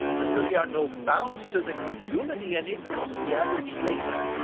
there really are no bounds to the credulity and ignorance of the average layman.